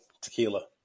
tequila